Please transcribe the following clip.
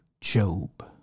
Job